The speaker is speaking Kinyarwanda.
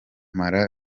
mara